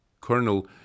Colonel